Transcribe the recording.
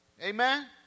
Amen